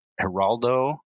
Geraldo